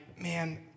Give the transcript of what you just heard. man